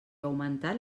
augmentat